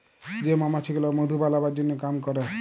যে মমাছি গুলা মধু বালাবার জনহ কাম ক্যরে